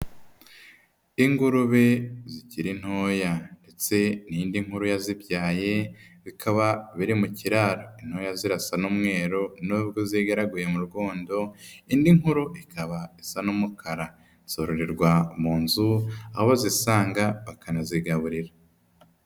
Ingurube zikiri ntoya ndetse n'indi nkuru yazibyaye, bikaba biri mu kiraro, intoya zirasa n'umweru nubwo zigaraguye mu rwondo, indi nkuru ikaba isa n'umukara, zororerwa mu nzu, aho zisanga bakanazigaburira.